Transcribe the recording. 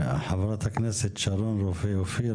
חברת הכנסת שרון רופא אופיר,